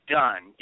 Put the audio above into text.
done